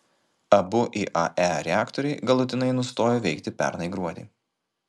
abu iae reaktoriai galutinai nustojo veikti pernai gruodį